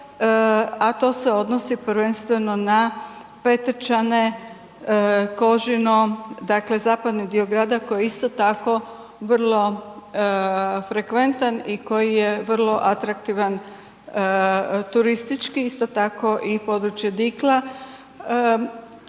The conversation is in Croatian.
a to se odnosi prvenstveno na Petrčane, Kožino, dakle zapadni dio grada koji je isto tako vrlo frekventan i koji je vrlo atraktivan turistički, isto tako i područje Dikla,